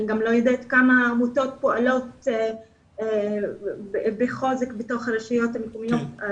אני גם לא יודעת כמה עמותות פועלות בחוזק בתוך הרשויות הערביות.